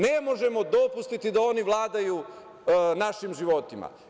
Ne možemo dopustiti da oni vladaju našim životima.